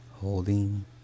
Holding